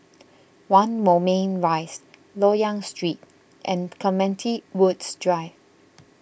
one Moulmein Rise Loyang Street and Clementi Woods Drive